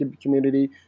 community